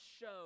show